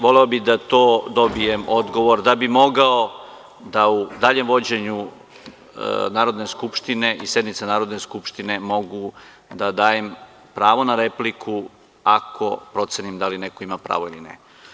Voleo bih da na to dobijem odgovor, da bih mogao da u daljem vođenju sednice Narodne skupštine da dajem pravo na repliku ako procenim da li neko ima pravo ili ne.